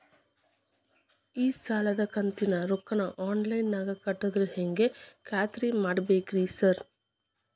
ಈ ಸಾಲದ ಕಂತಿನ ರೊಕ್ಕನಾ ಆನ್ಲೈನ್ ನಾಗ ಕಟ್ಟಿದ್ರ ಹೆಂಗ್ ಖಾತ್ರಿ ಮಾಡ್ಬೇಕ್ರಿ ಸಾರ್?